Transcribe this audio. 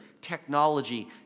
technology